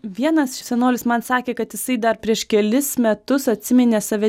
vienas senolis man sakė kad jisai dar prieš kelis metus atsiminė save